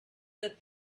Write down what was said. that